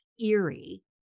eerie